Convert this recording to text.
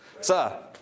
Sir